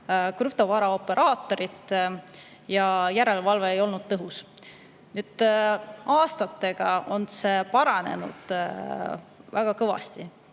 krüptovara operaatori ja järelevalve ei olnud tõhus. Aga aastatega on see väga kõvasti,